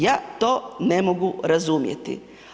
Ja to ne mogu razumjeti.